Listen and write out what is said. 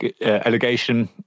allegation